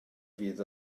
fydd